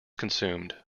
consumed